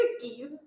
cookies